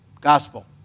Gospel